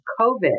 COVID